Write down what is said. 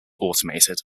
automated